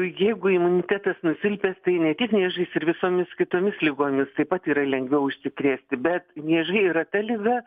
jeigu imunitetas nusilpęs tai ne tik nežais ir visomis kitomis ligomis taip pat yra lengviau užsikrėsti bet niežai yra ta liga